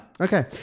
Okay